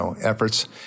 efforts